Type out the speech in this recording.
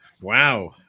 Wow